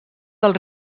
del